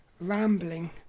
rambling